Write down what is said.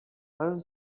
her